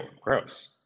gross